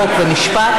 חוק ומשפט